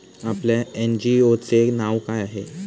आपल्या एन.जी.ओ चे नाव काय आहे?